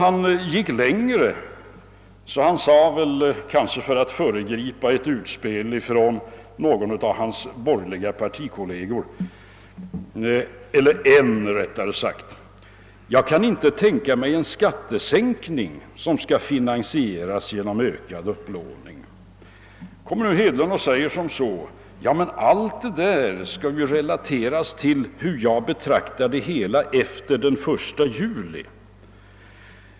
Han gick t.o.m. längre — kanske för att föregripa ett utspel från någon av hans borgerliga partikolleger, eller från en av dessa rättare sagt — och sade att han inte kunde tänka sig en skattesänkning som skulle finansieras genom ökad upplåning. Nu invänder kanske herr Hedlund att allt detta skall hänföras till hur han bedömer situationen efter den 1 juli.